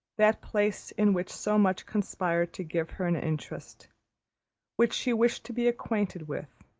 that place in which so much conspired to give her an interest which she wished to be acquainted with,